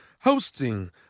hosting